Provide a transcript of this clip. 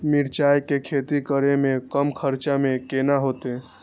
मिरचाय के खेती करे में कम खर्चा में केना होते?